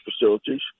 facilities